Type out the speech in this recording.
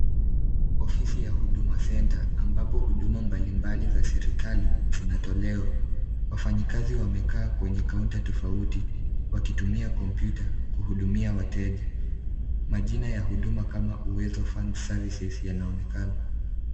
Ofisi ya Huduma centre , ambapo huduma mbali mbali za serikali zinatolewa. Wafanyikazi wamekaa kwenye kaunta tofauti wakitumia kompyuta kuhudumia wateja. Majina ya huduma kama Uwezo fund services yanaonekana.